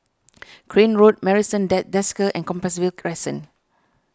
Crane Road Marrison at Desker and Compassvale Crescent